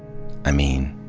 i mean,